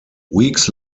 weeks